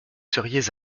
seriez